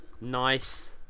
Nice